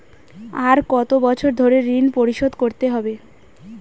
আর কত বছর ধরে ঋণ পরিশোধ করতে হবে?